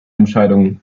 entscheidungen